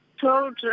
told